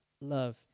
love